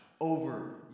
over